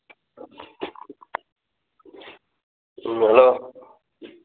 ꯎꯝ hello